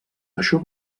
això